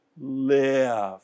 live